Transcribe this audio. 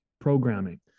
Programming